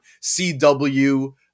CW